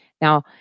Now